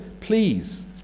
Please